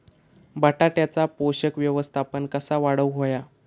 बटाट्याचा पोषक व्यवस्थापन कसा वाढवुक होया?